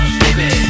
baby